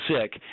sick